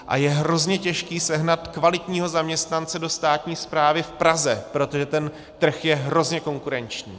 A je hrozně těžké sehnat kvalitního zaměstnance do státní správy v Praze, protože ten trh je hrozně konkurenční.